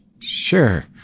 Sure